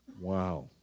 Wow